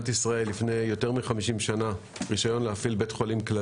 ונותנים מחירים זולים יותר משאר המערכות.